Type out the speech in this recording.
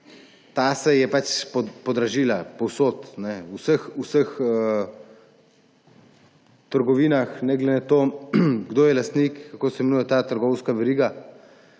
Ta se je pač podražila povsod, v vseh trgovinah ne glede na to, kdo je lastnik, kako se imenuje ta trgovska veriga.